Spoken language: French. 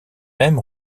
même